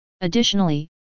Additionally